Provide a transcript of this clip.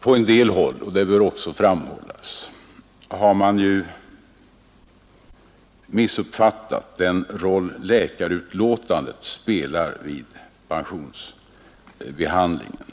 På en del håll, och det bör också framhållas, har man ju missuppfattat den roll läkarutlåtandet spelar vid behandlingen av pensionsansökan.